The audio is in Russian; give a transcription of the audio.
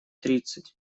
тридцать